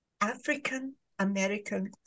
African-American